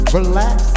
Relax